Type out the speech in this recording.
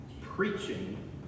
Preaching